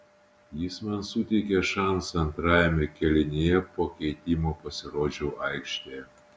jis man suteikė šansą antrajame kėlinyje po keitimo pasirodžiau aikštėje